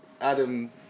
Adam